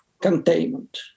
containment